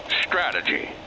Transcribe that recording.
strategy